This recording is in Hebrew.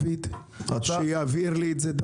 דוד, שיעביר את זה אלי.